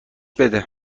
بده